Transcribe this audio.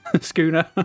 Schooner